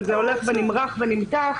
וזה הולך ונמרח ונמתח.